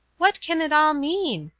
what can it all mean?